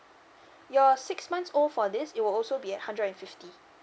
your six months old for this it will also be a hundred and fifty